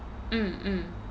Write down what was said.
mm mm